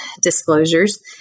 disclosures